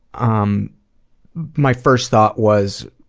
um my first thought was,